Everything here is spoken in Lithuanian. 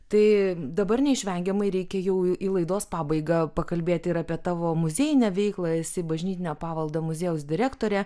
tai dabar neišvengiamai reikia jau į laidos pabaigą pakalbėti ir apie tavo muziejinę veiklą esi bažnytinio paveldo muziejaus direktorė